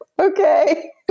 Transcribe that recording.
Okay